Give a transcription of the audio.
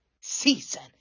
season